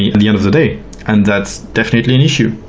the and the end of the day and that's definitely an issue.